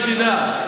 רק שתדע,